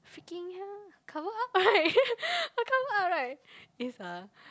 freaking hell cover up right I cover up right is a